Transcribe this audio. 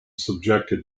subjected